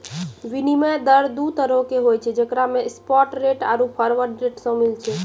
विनिमय दर दु तरहो के होय छै जेकरा मे स्पाट रेट आरु फारवर्ड रेट शामिल छै